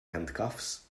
handcuffs